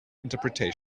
interpretation